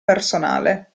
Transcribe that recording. personale